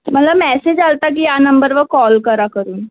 मला मॅसेज आला होता की या नंबरवर कॉल करा करून